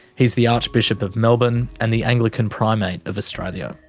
he's the archbishop of melbourne and the anglican primate of australia.